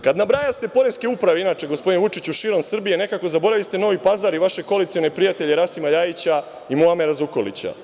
Kada nabrajaste poreske uprave, inače, gospodine Vučiću, širom Srbije, nekako zaboraviste Novi Pazar i vaše koalicione prijatelje Rasima LJajića i Muamera Zukorlića.